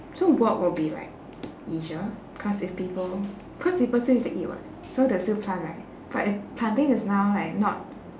so work would be like leisure cause if people cause people still need to eat [what] so they'll still plant right but if planting is now like not